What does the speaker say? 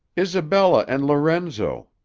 isabella and lorenzo,